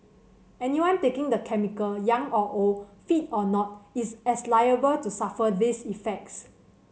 anyone taking the chemical young or old fit or not is as liable to suffer these effects